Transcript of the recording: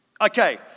Okay